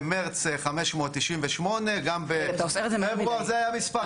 במרץ 598. גם בפברואר זה היה המספר.